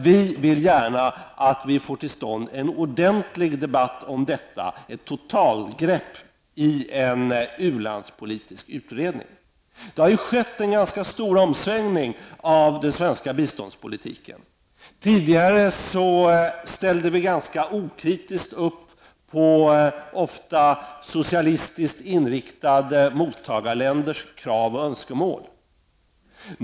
Vi vill gärna att vi får till stånd en ordentlig debatt om detta genom att man i en ulandspolitisk utredning så att säga tar ett totalgrepp på frågan. Det har ju i den svenska biståndspolitiken skett en ganska stor omsvängning. Tidigare ställde vi ganska okritiskt upp på ofta socialistiskt inriktade mottagarländers krav och önskemål.